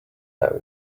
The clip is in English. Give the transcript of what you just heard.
have